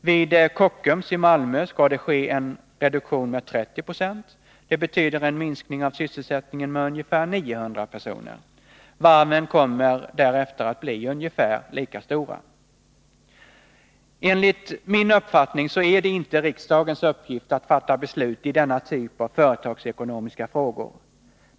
Vid Kockums i Malmö skall det ske en reduktion med 30 96 — det betyder en minskning av sysselsättningen med ca 900 personer. Varven kommer därefter att bli ungefär lika stora. Enligt min uppfattning är det inte riksdagens uppgift att fatta beslut i denna typ av företagsekonomiska frågor.